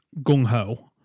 gung-ho